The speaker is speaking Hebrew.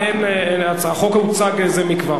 החוק הוצג זה מכבר.